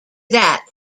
that